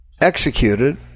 executed